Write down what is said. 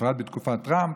בפרט בתקופת טראמפ,